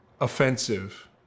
offensive